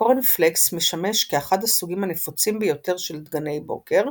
הקורנפלקס משמש כאחד הסוגים הנפוצים ביותר של דגני בוקר,